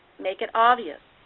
make it obvious.